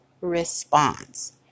response